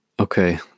Okay